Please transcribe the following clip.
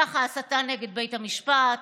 כך ההסתה נגד בית המשפט,